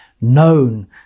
known